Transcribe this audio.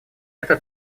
это